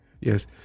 Yes